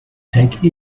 take